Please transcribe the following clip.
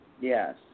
Yes